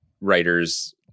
writers